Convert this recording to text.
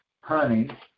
honey